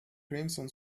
crimson